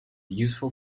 useful